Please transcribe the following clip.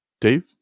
Dave